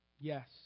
Yes